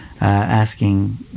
asking